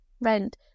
rent